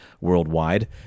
worldwide